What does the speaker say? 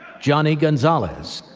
johnny gonzalez,